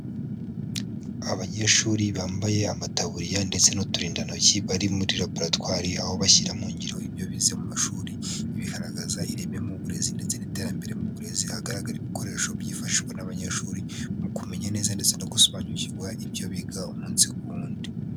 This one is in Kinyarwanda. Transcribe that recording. Abanyeshuri bambaye amataburiya ndetse n'uturindantoki, bari muri laboratwari aho bashyiramo ingiro ibyo bize mu mashuri, bigaragaza ireme mu burezi ndetse n'iterambere mu burezi, ahagaragara ibikoresho byifashishwa n'abanyeshuri mu kumenya neza ndetse no gusobanukirwa ibyo biga umunsi ku wundi.